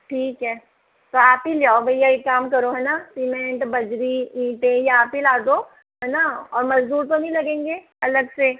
ठीक है तो आप ही ले आओ भैया एक काम करो है ना सीमेंट बजरी ईटें यह आप ही ला दो है न और मजदूर तो नहीं लगेंगे अलग से